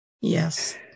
Yes